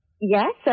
Yes